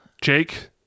Jake